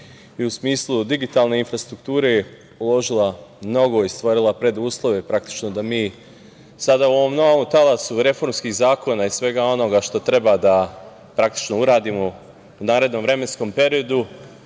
i u smislu digitalne infrastrukture, uložila mnogo i stvorila preduslove praktično da mi sada u ovom novom talasu reformskih zakona i svega onoga što treba praktično da uradimo u narednom vremenskom periodu,